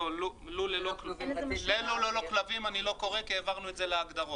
--- "לול ללא כלובים" אני לא קורא כי העברנו את זה לסעיף ההגדרות.